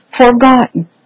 forgotten